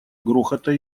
грохота